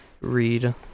read